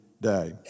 day